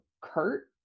Kurt